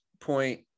point